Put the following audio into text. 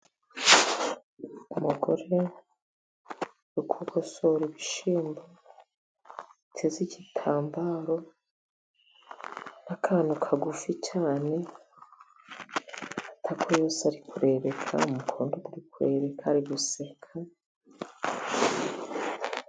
Umugore uri kugosora ibishyimbo, uteze igitambaro n'akantu kagufi cyane, amatako yose ari kurebeka, umukundo uri kurebeka, ari guseka.